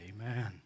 amen